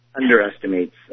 underestimates